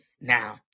now